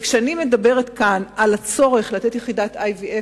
וכשאני מדברת כאן על הצורך לתת יחידת IVF,